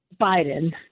Biden